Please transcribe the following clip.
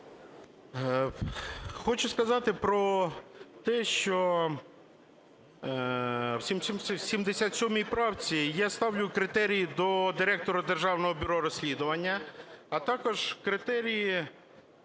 Хочу сказати про те, що у 77 правці я ставлю критерії до директора Державного бюро розслідувань, а також критерії